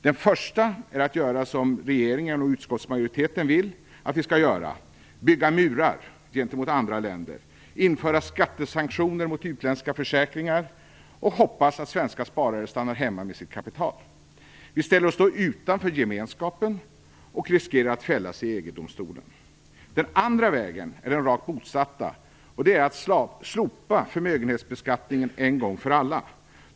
Den första vägen är att göra som regeringen och utskottsmajoriteten vill att vi skall göra: bygga murar gentemot andra länder, införa skattesanktioner mot utländska försäkringar och hoppas att svenska sparare stannar hemma med sitt kapital. Vi ställer oss då utanför gemenskapen och riskerar att fällas i EG-domstolen. Den andra vägen är den rakt motsatta, nämligen att slopa förmögenhetsbeskattningen en gång för alla.